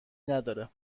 نداره